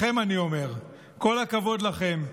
לכם אני אומר: כל הכבוד לכם.